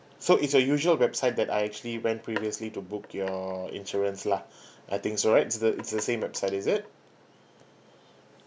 so it's the usual website that I actually went previously to book your insurance lah I think right it's the it's the same website is it